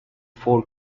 four